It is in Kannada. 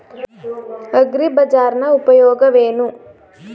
ಅಗ್ರಿಬಜಾರ್ ನ ಉಪಯೋಗವೇನು?